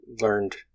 learned